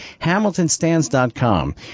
hamiltonstands.com